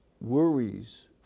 worries